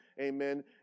Amen